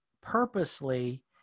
purposely